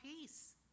peace